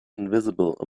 invisible